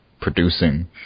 producing